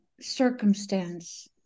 circumstance